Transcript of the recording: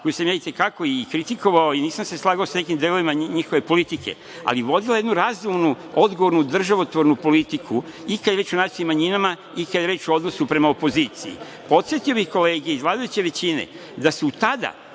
koju sam ja i te kako i kritikovao i nisam se slagao sa nekim delovima njihove politike, ali vodila jednu razumnu, odgovornu državotvornu politiku i kad je reč o nacionalnim manjinama i kad je reč o odnosu prema opoziciji. Podsetio bih kolege iz vladajuće većine da su tada